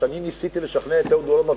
אני ניסיתי לשכנע את אהוד אולמרט,